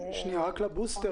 לבוסטר